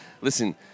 listen